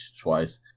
twice